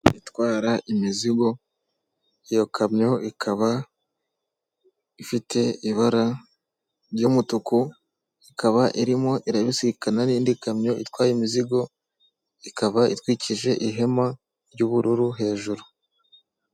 Itwara imizigo iyo kamyo ikaba ifite ibara ry'umutuku, ikaba irimo irabisikana n'indi kamyo itwaye imizigo, ikaba itwikirije ihema ry'ubururu hejuru.